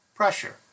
Pressure